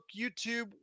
YouTube